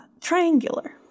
triangular